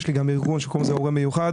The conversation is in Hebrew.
יש לי גם ארגון שקוראים לו הורה מיוחד.